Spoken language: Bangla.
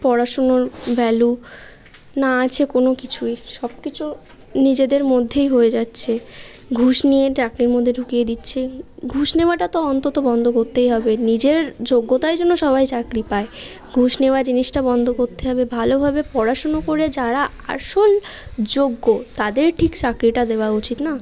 পড়াশুনোর ভ্যালু না আছে কোনো কিছুই সব কিছু নিজেদের মধ্যেই হয়ে যাচ্ছে ঘুষ নিয়ে চাকরির মধ্যে ঢুকিয়ে দিচ্ছে ঘুষ নেওয়াটা তো অন্তত বন্ধ করতেই হবে নিজের যোগ্যতায় যেন সবাই চাকরি পায় ঘুষ নেওয়া জিনিসটা বন্ধ করতে হবে ভালোভাবে পড়াশুনো করে যারা আসল যোগ্য তাদের ঠিক চাকরিটা দেওয়া উচিত না